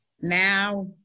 Now